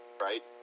right